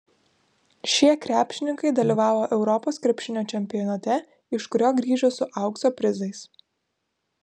šie krepšininkai dalyvavo europos krepšinio čempionate iš kurio grįžo su aukso prizais